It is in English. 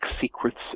secrets